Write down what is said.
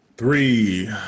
Three